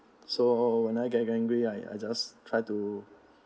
so when I get angry I I just try to